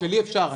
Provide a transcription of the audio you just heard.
את שלי אפשר...